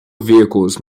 vehicles